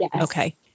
okay